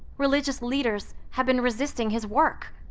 religious leaders have been resisting his work.